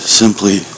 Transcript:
simply